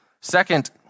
Second